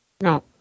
No